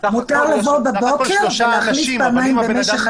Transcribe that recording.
מותר לבוא בבוקר ולהחליף פעמיים במשך היום.